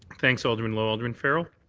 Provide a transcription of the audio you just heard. thanks, alderman lowe. alderman farrell?